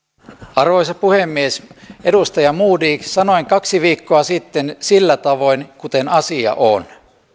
arvoisa puhemies edustaja modig sanoin kaksi viikkoa sitten sillä tavoin kuten asia on